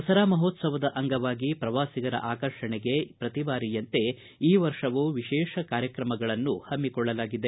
ದಸರಾ ಮಹೋತ್ಸವದ ಅಂಗವಾಗಿ ಪ್ರವಾಸಿಗರ ಆಕರ್ಷಣೆಗೆ ಪ್ರತಿ ಬಾರಿಯಂತೆ ಈ ವರ್ಷವೂ ವಿಶೇಷ ಕಾರ್ಯಕ್ರಮಗಳನ್ನು ಹಮ್ನಿಕೊಳ್ಳಲಾಗಿದೆ